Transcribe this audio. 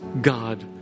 God